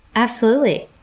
absolutely!